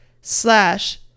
slash